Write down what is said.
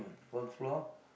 fourth floor